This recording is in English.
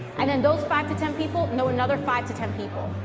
and then those five to ten people know another five to ten people.